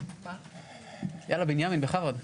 בנימין, בכבוד.